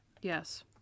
Yes